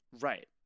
Right